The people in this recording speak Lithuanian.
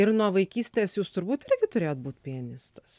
ir nuo vaikystės jūs turbūt irgi turėjot būt pianistas